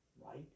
right